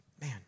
man